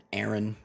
Aaron